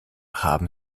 haben